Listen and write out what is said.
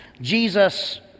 Jesus